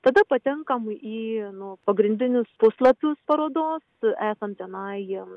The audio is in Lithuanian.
tada patenkam į nu pagrindinius puslapius parodos esam tenai